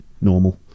normal